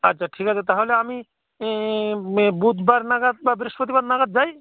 আচ্ছা ঠিক আছে তাহলে আমি বুধবার নাগাদ বা বৃহস্পতিবার নাগাদ যাই